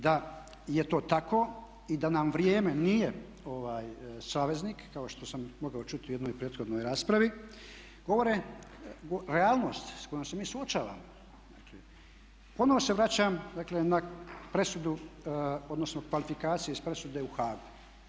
Da je to tako i da nam vrijeme nije saveznik kao što sam mogao čuti u jednoj prethodnoj raspravi govore, realnost s kojom se mi suočavamo, dakle ponovno se vraćam dakle na presudu odnosno kvalifikacije iz presude u Hagu.